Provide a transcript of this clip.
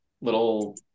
little